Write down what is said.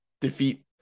defeat